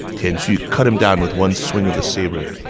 tian xu cut him down with one swing of the saber.